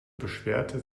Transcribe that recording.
beschwerte